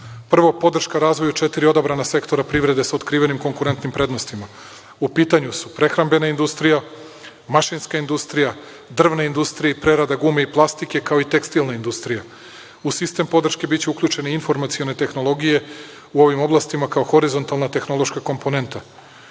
podrška razvoju četiri odabrana sektora privrede sa otkrivenim konkurentnim prednostima. U pitanju su prehrambena industrija, mašinska industrija, drvna industrija i prerada gume i plastike, kao i tekstilna industrija. U sistem podrške biće uključene informacione tehnologije u ovim oblastima kao horizontalna tehnološka komponenta. Druga